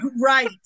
right